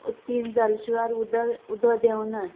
तीन जाले शिवाय उदक उदक देंवना